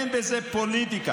אין בזה פוליטיקה,